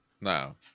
No